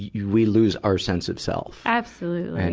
yeah we lose our sense of self. absolutely. and